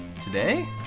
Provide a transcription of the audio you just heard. Today